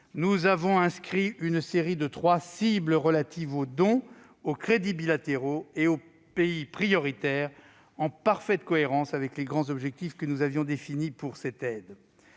nous avons inscrit une série de trois cibles relatives aux dons, aux crédits bilatéraux et aux pays prioritaires, en parfaite cohérence avec les grands objectifs que nous avions définis pour cette aide.